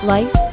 Life